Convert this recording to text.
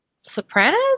Sopranos